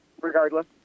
regardless